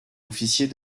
officier